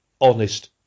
honest